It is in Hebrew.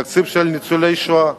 התקציב של ניצולי השואה,